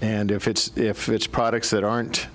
and if it's if it's products that aren't